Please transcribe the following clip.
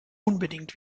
unbedingt